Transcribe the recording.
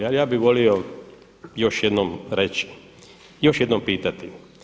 Ali ja bih volio još jednom reći, još jednom pitati.